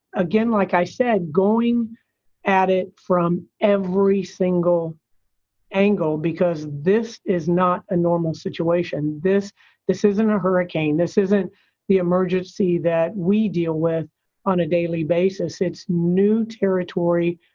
again, like i said, going at it from every single angle, because this is not a normal situation. this this isn't a hurricane. this isn't the emergency that we deal with on a daily basis. it's new territory,